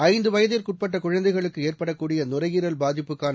ஐந்து வயதிற்குட்பட்ட குழந்தைகளுக்கு ஏற்படக்கூடிய நுரையீரல் பாதிப்புக்கான